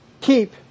keep